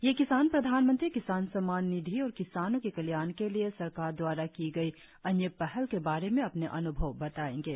ये किसान प्रधानमंत्री किसान सम्मान निधि और किसानों के कल्याण के लिए सरकार दवारा की गई अन्य पहल के बारे में अपने अन्भव बताएंगे